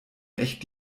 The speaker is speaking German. echt